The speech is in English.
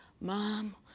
Mom